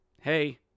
hey